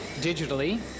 digitally